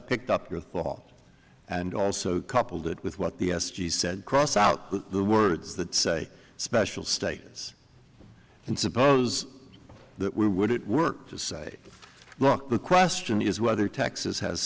picked up your thought and also coupled it with what the s g said cross out the words that say special status and suppose that we would it work to say look the question is whether texas has